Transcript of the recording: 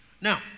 now